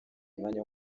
umwanya